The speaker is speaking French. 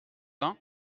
vin